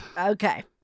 okay